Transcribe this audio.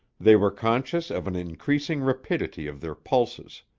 they were conscious of an increasing rapidity of their pulses.